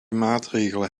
maatregelen